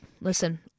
listen